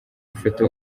ifoto